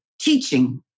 teaching